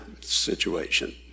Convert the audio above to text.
situation